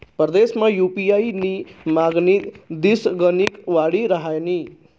परदेसमा यु.पी.आय नी मागणी दिसगणिक वाडी रहायनी